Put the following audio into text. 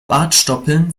bartstoppeln